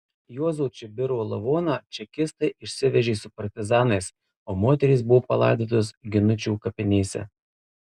juozo čibiro lavoną čekistai išsivežė su partizanais o moterys buvo palaidotos ginučių kapinėse